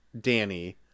Danny